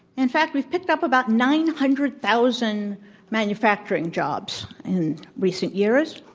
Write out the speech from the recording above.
in fact, we've picked up about nine hundred thousand manufacturing jobs in recent years.